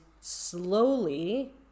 slowly